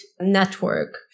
network